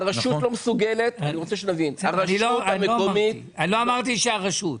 הרשות המקומית לא מסוגלת --- לא אמרתי שהרשות.